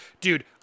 Dude